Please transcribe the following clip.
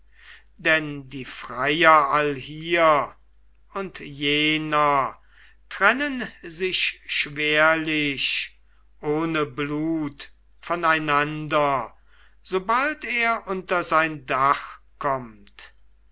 denn die freier allhier und jener trennen sich schwerlich ohne blut voneinander sobald er unter sein dach kommt